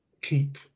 keep